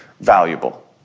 valuable